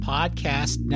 Podcast